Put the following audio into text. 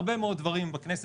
בהרבה מאוד דברים בכנסת,